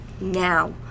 now